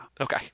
okay